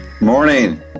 Morning